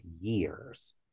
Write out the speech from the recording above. years